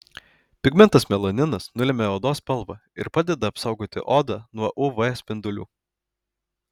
pigmentas melaninas nulemia odos spalvą ir padeda apsaugoti odą nuo uv spindulių